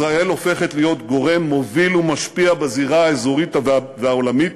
ישראל הופכת להיות גורם מוביל ומשפיע בזירה האזורית והעולמית,